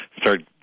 start